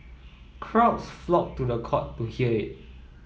crowds flocked to the court to hear it